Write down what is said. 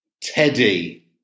Teddy